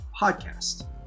podcast